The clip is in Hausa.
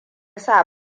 sa